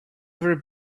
ever